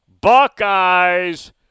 Buckeyes